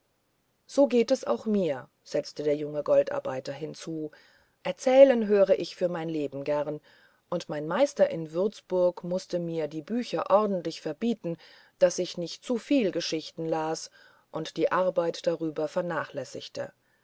so geht es auch mir setzte der junge goldarbeiter hinzu erzählen höre ich für mein leben gerne und mein meister in würzburg mußte mir die bücher ordentlich verbieten daß ich nicht zu viel geschichten las und die arbeit darüber vernachlässigte